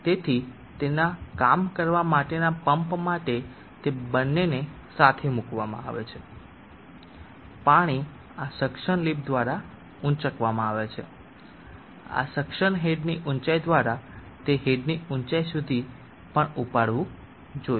તેથી તેના કામ કરવા માટેના પંપ માટે તે બંનેને એકસાથે મૂકવામાં આવે છે પાણી આ સક્શન લિફ્ટ દ્વારા ઉંચકવામાં આવે છે આ સક્શન હેડની ઊચાઇ દ્વારા તે હેડની ઊચાઇ સુધી પણ ઉપાડવું જોઈએ